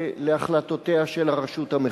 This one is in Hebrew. להחלטותיה של הרשות המחוקקת.